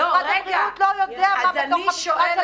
משרד הבריאות לא יודע מה קורה.